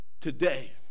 today